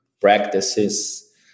practices